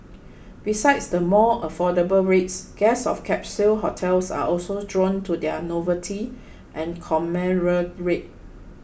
besides the more affordable rates guests of capsule hotels are also drawn to their novelty and camaraderie